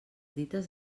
dites